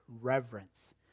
reverence